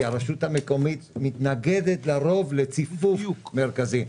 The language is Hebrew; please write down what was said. כי הרשות המקומית מתנגדת לרוב לציפוף מרכזים,